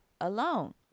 alone